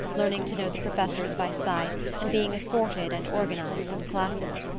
learning to know the professors by sight and being assorted and organized into classes.